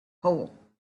hole